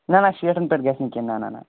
نہ نہ شیٹھن پٮ۪ٹھ گَژھنہٕ کیٚنٛہہ نہ نہ نہ